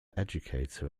educator